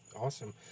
Awesome